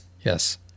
yes